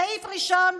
סעיף ראשון,